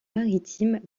maritime